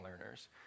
learners